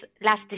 last